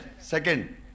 Second